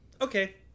okay